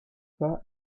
pas